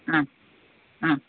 ആ ആ